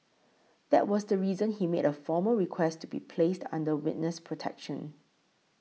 that was the reason he made a formal request to be placed under witness protection